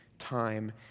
time